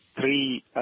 three